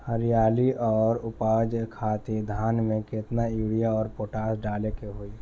हरियाली और उपज खातिर धान में केतना यूरिया और पोटाश डाले के होई?